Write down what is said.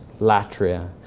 Latria